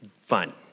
fun